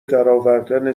درآوردن